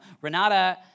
Renata